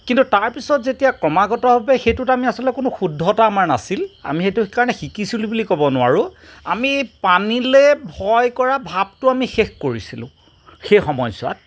কিন্তু তাৰপিছত যেতিয়া ক্ৰমাগতভাৱে সেইটোত আমি আচলতে কোনো শুদ্ধতা আমাৰ নাছিল আমি সেইটো কাৰণে শিকিছিলোঁ বুলি ক'ব নোৱাৰোঁ আমি পানীলে ভয় কৰা ভাবতো আমি শেষ কৰিছিলোঁ সেই সময়চোৱাত